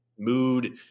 mood